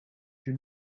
you